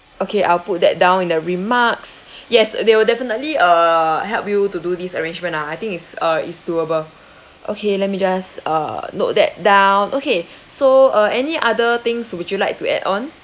okay I'll put that down in the remarks yes they will definitely uh help you to do this arrangement ah I think it's uh it's doable okay let me just uh note that down okay so uh any other things would you like to add on